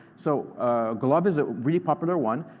so glove is a really popular one.